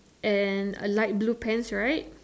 and a light blue pants right